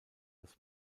das